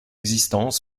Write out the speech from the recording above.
existants